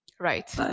Right